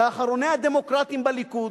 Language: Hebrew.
כאחרוני הדמוקרטים בליכוד,